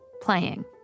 playing